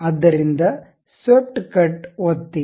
ಆದ್ದರಿಂದ swept cut ಒತ್ತಿ